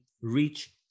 reach